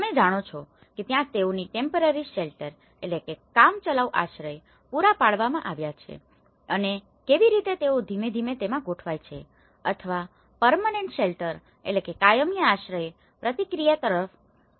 તમે જાણો છો કે ત્યાં તેઓને ટેમ્પરરી શેલ્ટરtemporary shelter કામચલાઉ આશ્રય પૂરા પાડવામાં આવ્યા છે અને કેવી રીતે તેઓ ધીમે ધીમે તેમાં ગોઠવાય છે અથવા પરમેનન્ટ શેલ્ટરpermanent shelter કાયમી આશ્રય પ્રક્રિયા તરફ આગળ વધે છે